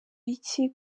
iki